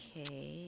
Okay